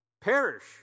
perish